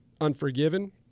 unforgiven